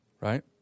Right